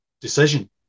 decision